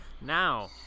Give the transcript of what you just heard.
Now